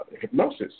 hypnosis